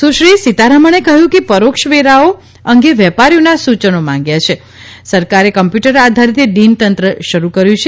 સુશ્રી સીતારમણે કહ્યું કે પરોક્ષ વેરાઓ અંગે વેપારીઓનાં સૂચનો માંગ્યા છે સરકારે કમ્પ્યુટર આધારીત ડીન તંત્ર શરૂ કર્યું છે